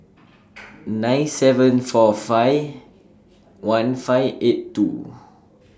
nine seven four five one five eight two